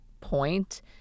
point